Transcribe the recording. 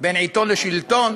בין עיתון לשלטון,